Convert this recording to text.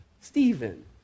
Stephen